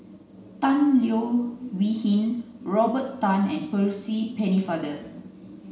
Tan Leo Wee Hin Robert Tan and Percy Pennefather